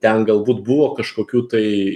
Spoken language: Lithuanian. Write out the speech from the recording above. ten galbūt buvo kažkokių tai